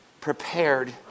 prepared